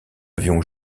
avions